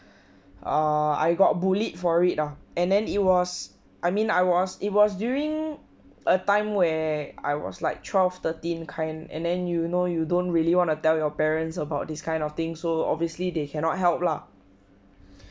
err I got bullied for it ah and then it was I mean I was it was during a time where I was like twelve thirteen kind and then you know you don't really want to tell your parents about this kind of thing so obviously they cannot help lah